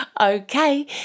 Okay